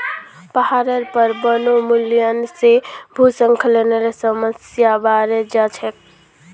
पहाडेर पर वनोन्मूलन से भूस्खलनेर समस्या बढ़े जा छे